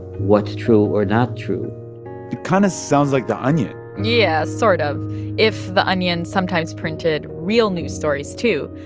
what's true or not true it kind of sounds like the onion yeah, sort of if the onion sometimes printed real news stories too.